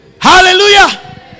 Hallelujah